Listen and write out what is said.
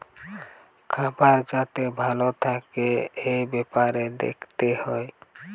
খাবার যাতে ভালো থাকে এই বেপারে দেখতে হয়